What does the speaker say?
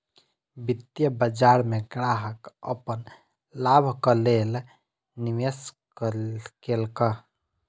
वित्तीय बाजार में ग्राहक अपन लाभक लेल निवेश केलक